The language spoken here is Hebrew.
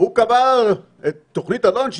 והוא קבע את תוכנית אלון,